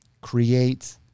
create